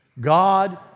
God